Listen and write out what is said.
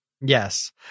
Yes